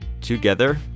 Together